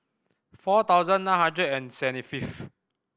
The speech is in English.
four thousand nine hundred and seventy fifth